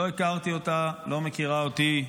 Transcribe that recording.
לא הכרתי אותה, היא לא מכירה אותי.